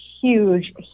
huge